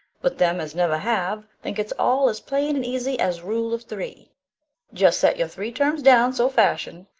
but them as never have think it's all as plain and easy as rule of three just set your three terms down so fashion,